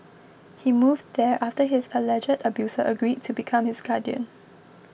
he moved there after his alleged abuser agreed to become his guardian